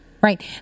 right